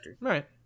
right